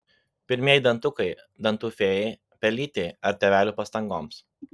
pirmieji dantukai dantų fėjai pelytei ar tėvelių pastangoms